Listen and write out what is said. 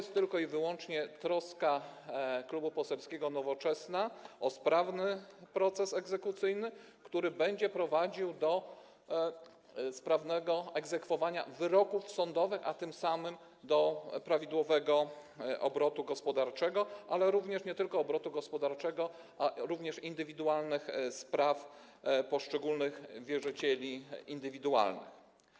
Stąd tylko i wyłącznie troska Klubu Poselskiego Nowoczesna o sprawny proces egzekucyjny, który będzie prowadził do sprawnego egzekwowania wyroków sądowych, a tym samym do prawidłowego obrotu gospodarczego, nie tylko obrotu gospodarczego, ale również prawidłowego rozwiązywania spraw poszczególnych wierzycieli indywidualnych.